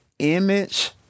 Image